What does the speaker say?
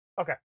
Okay